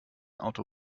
auto